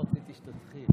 לא רציתי שתתחיל.